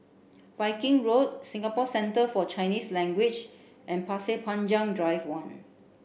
Viking Road Singapore Centre For Chinese Language and Pasir Panjang Drive One